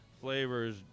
flavors